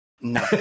No